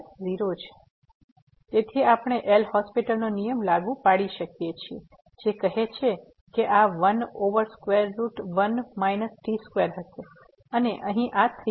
તેથી આપણે એલ'હોસ્પિટલ્સL'Hospitalનો નિયમ લાગુ પાડી શકીએ છીએ જે કહે છે કે આ 1 over square root 1 minus t2 હશે અને અહી આ 3 થશે